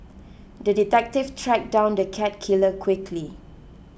the detective tracked down the cat killer quickly